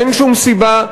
אין שום סיבה,